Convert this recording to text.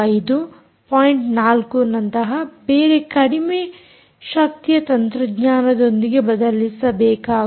4 ನಂತಹ ಬೇರೆ ಕಡಿಮೆ ಶಕ್ತಿಯ ತಂತ್ರಜ್ಞಾನದೊಂದಿಗೆ ಬದಲಿಸಬೇಕಾಗಬಹುದು